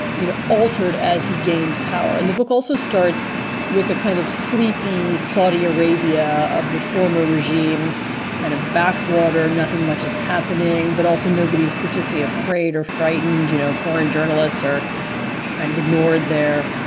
you know, altered as he gains power in the book, also starts with a kind of sleepy saudi arabia of the former regime kind of backwater nothing much is happening. but also nobody is particularly afraid or frightened. you know, foreign journalists are kind of ignored there.